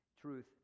truth